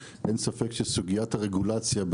ספציפית לבתי החולים,